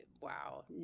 wow